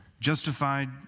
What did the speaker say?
justified